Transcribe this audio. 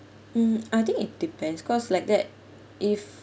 mm I think it depends cause like that if